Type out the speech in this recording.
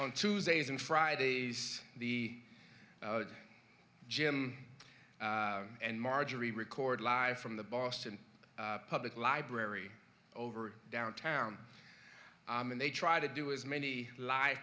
on tuesdays and fridays the gym and marjorie record live from the boston public library over downtown and they try to do as many live